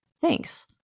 Thanks